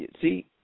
see